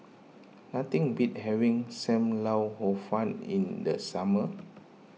nothing beat having Sam Lau Hor Fun in the summer